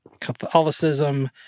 Catholicism